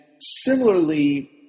similarly